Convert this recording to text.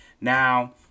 Now